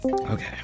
Okay